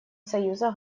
союза